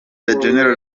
general